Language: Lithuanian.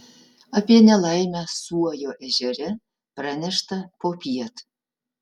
apie nelaimę suojo ežere pranešta popiet